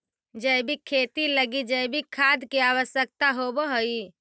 जैविक खेती लगी जैविक खाद के आवश्यकता होवऽ हइ